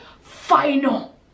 final